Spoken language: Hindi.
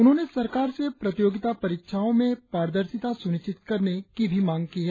उन्होंने सरकार से प्रतियोगिता परीक्षाओं में पारदर्शिता सुनिश्चित करने की मांग की है